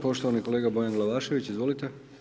Poštovani kolega Bojan Glavašević, izvolite.